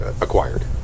acquired